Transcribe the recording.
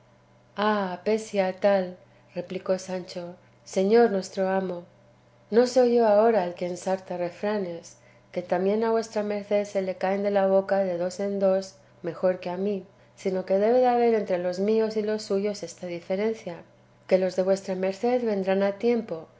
pesia tal replicó sancho señor nuestro amo no soy yo ahora el que ensarta refranes que también a vuestra merced se le caen de la boca de dos en dos mejor que a mí sino que debe de haber entre los míos y los suyos esta diferencia que los de vuestra merced vendrán a tiempo